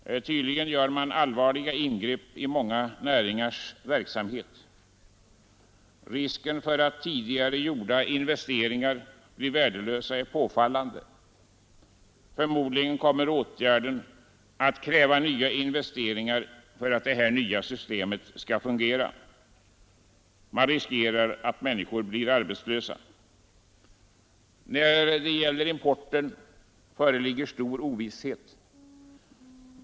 Tydligen gör man allvarliga ingrepp i många näringars verksamhet. Risken för att tidigare gjorda investeringar blir värdelösa är påfallande. Förmodligen kommer åtgärden att kräva nya investeringar för att systemet skall fungera. Man riskerar att människor blir arbetslösa. När det gäller importen föreligger stor ovisshet.